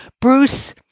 Bruce